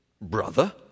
brother